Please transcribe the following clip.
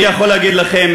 אני יכול להגיד לכם,